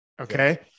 Okay